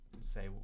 Say